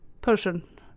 person